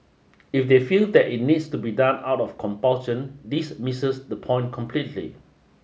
if they feel that it needs to be done out of compulsion this misses the point completely